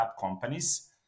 companies